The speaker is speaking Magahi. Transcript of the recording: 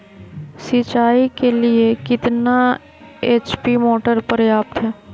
सिंचाई के लिए कितना एच.पी मोटर पर्याप्त है?